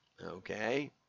okay